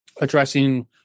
addressing